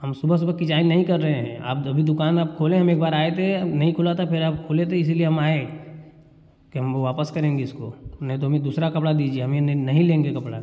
हम सुबह सुबह किचाइन नहीं कर रहे हैं आप अभी आप दुकान आप खोले हैं हम एक बार आए थे नहीं खुला था फिर आप खोले तो इसीलिए हम आए कि हम वो वापस करेंगे इसको नहीं तो हमें दूसरा कपड़ा दीजिए हम ये न नहीं लेंगे कपड़ा